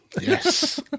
Yes